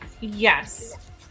yes